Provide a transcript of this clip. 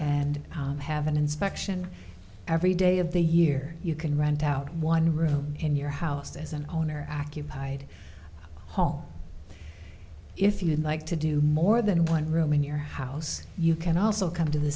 and have an inspection every day of the year you can rent out one room in your house as an owner occupied hall if you'd like to do more than one room in your house you can also come to the